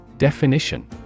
Definition